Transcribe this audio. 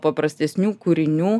paprastesnių kūrinių